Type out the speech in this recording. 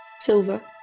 Silver